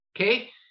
Okay